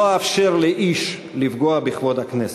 לא אאפשר לאיש לפגוע בכבוד הכנסת.